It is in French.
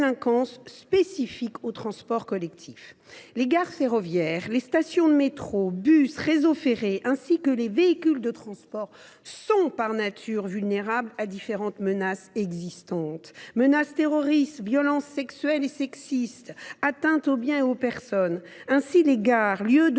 spécifique aux transports collectifs. Les gares ferroviaires, les stations de métro et de bus, les réseaux ferrés ainsi que les véhicules de transport sont, par nature, vulnérables à différentes menaces : menace terroriste, violences sexuelles et sexistes, atteintes aux biens et aux personnes. Les gares, lieux de